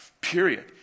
period